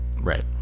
Right